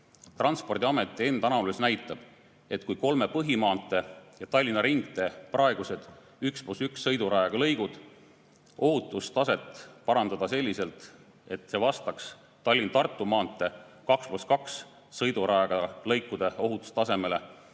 Transpordiameti enda analüüs näitab, et kui kolme põhimaantee ja Tallinna ringtee praeguste 1 + 1 sõidurajaga lõikude ohutustaset parandada selliselt, et see vastaks Tallinna–Tartu maantee 2 + 2 sõidurajaga lõikude ohutustasemele,